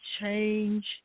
change